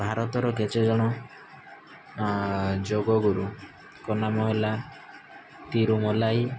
ଭାରତର କେତେ ଜଣ ଯୋଗ ଗୁରୁଙ୍କ ନାମ ହେଲା ତିରୁ ମଲାଈ